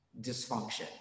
dysfunction